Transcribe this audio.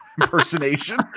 impersonation